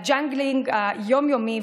הג'אגלינג היום-יומי,